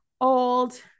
old